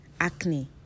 acne